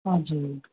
हजुर